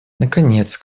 наконец